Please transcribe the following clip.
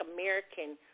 American